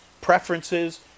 preferences